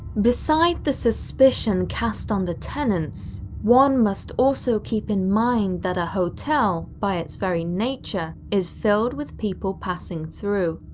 beside the suspicion cast on the tenants, one must also keep in mind that a hotel, by its very nature, is filled with people passing through.